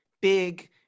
big